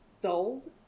dulled